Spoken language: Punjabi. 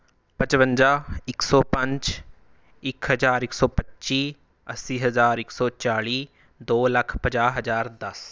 ਪਚਵੰਜਾ ਇੱਕ ਸੌ ਪੰਜ ਇੱਕ ਹਜ਼ਾਰ ਇੱਕ ਸੌ ਪੱਚੀ ਅੱਸੀ ਹਜ਼ਾਰ ਇੱਕ ਸੌ ਚਾਲ਼ੀ ਦੋ ਲੱਖ ਪੰਜਾਹ ਹਜ਼ਾਰ ਦਸ